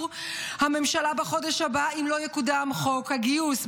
הממשלה בחודש הבא אם לא יקודם חוק הגיוס.